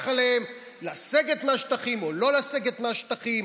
עליהם: לסגת מהשטחים או לא לסגת מהשטחים,